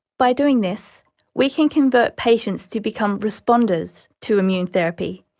by doing this we can convert patients to become responders to immune therapy,